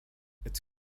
its